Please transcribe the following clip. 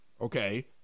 okay